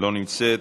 לא נמצאת,